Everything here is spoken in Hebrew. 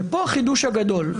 ופה החידוש הגדול,